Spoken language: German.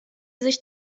sich